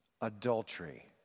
adultery